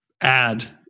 add